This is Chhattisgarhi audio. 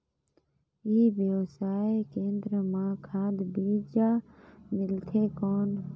ई व्यवसाय केंद्र मां खाद बीजा मिलथे कौन?